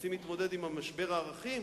רוצים להתמודד עם משבר הערכים?